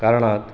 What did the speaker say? कारणात्